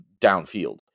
downfield